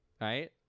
Right